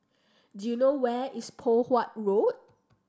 do you know where is Poh Huat Road